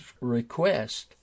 request